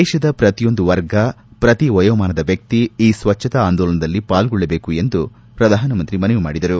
ದೇಶದ ಪ್ರತಿಯೊಂದು ವರ್ಗ ಪ್ರತಿ ವಯೋಮಾನದ ವ್ಯಕ್ತಿ ಈ ಸ್ತ್ರಚ್ಛತಾ ಆಂದೋಲನದಲ್ಲಿ ಪಾಲ್ಗೊಳ್ಳಬೇಕು ಎಂದು ಪ್ರಧಾನಮಂತ್ರಿ ಮನವಿ ಮಾಡಿದರು